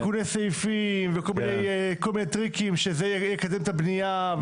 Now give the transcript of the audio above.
תיקוני סעיפים וכל מיני טריקים שיקדמו את הבנייה,